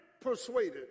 persuaded